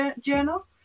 journal